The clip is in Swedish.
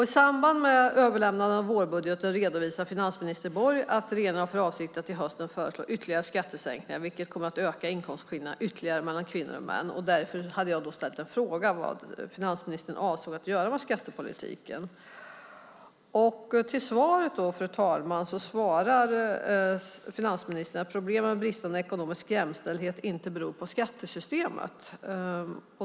I samband med överlämnandet av vårbudgeten redovisar finansminister Anders Borg att regeringen har för avsikt att till hösten föreslå ytterligare skattesänkningar, vilket kommer att öka inkomstskillnaderna mellan kvinnor och män ytterligare. Därför hade jag ställt en fråga om vad finansministern avsåg att göra med skattepolitiken. Fru talman! Finansministern svarar då att problemet med bristande ekonomisk jämställdhet inte beror på skattesystemet.